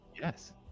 Yes